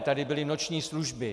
Tady byly noční služby.